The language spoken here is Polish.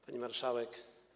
Pani Marszałek!